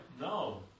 No